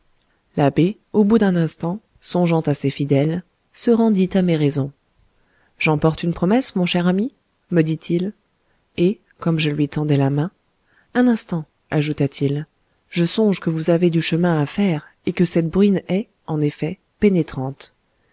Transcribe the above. l'abbé au bout d'un instant songeant à ses fidèles se rendit à mes raisons j'emporte une promesse mon cher ami me dit-il et comme je lui tendais la main un instant ajouta-t-il je songe que vous avez du chemin à faire et que cette bruine est en effet pénétrante